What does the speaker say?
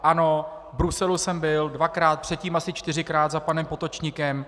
V Bruselu jsem byl dvakrát, předtím asi čtyřikrát za panem Potočnikem.